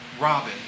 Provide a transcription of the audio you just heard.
Robin